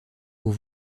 aux